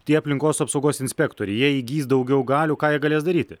tie aplinkos apsaugos inspektoriai jie įgis daugiau galių ką jie galės daryti